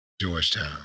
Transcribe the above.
Georgetown